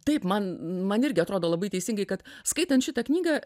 taip man man irgi atrodo labai teisingai kad skaitant šitą knygą